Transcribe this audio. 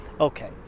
Okay